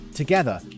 Together